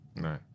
right